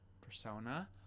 persona